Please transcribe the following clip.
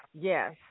Yes